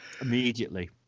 immediately